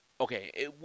Okay